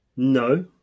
No